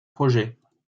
projet